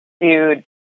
dude